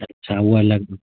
अच्छा हू अलगि